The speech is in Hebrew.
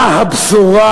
מה הבשורה,